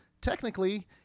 technically